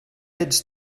its